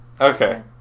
okay